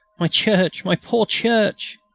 my church. my poor church.